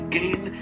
gain